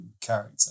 character